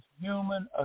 human